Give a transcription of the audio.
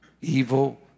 evil